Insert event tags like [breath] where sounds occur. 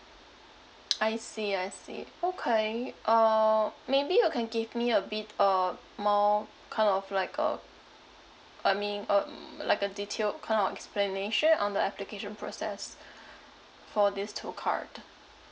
[noise] I see I see okay uh maybe you can give me a bit uh more kind of like uh I mean um like a detailed kind of explanation on the application process [breath] for these two card